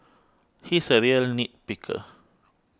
he is a real nit picker